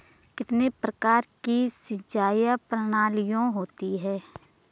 कितने प्रकार की सिंचाई प्रणालियों होती हैं?